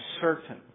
certain